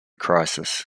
crisis